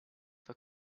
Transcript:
for